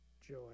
joy